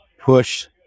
push